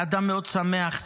היה אדם מאוד שמח,